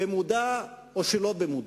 במודע או שלא במודע,